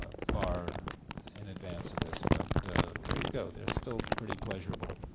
far in advance of this, but there you go, they're still pretty pleasurable.